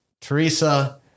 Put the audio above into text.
Teresa